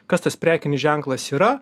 kas tas prekinis ženklas yra